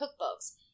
cookbooks